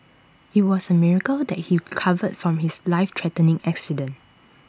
IT was A miracle that he recovered from his life threatening accident